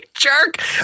jerk